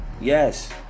Yes